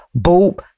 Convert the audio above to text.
Boop